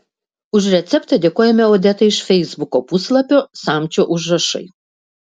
už receptą dėkojame odetai iš feisbuko puslapio samčio užrašai